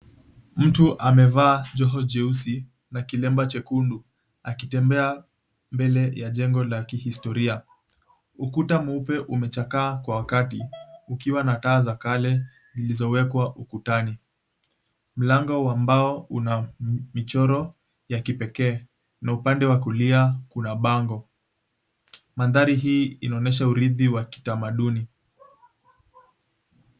Mtu amevaa joho jeusi na kilemba chekundu, akitembea mbele ya jengo la kihistoria. Ukuta mweupe umechakaa kwa wakati, ukiwa na taa za kale zilizowekwa ukutani. Mlango wa mbao una michoro ya kipekee, na upande wa kulia kuna bango. Mandhari hii inaonyesha urithi wa kitamaduni.